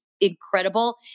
incredible